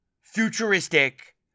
futuristic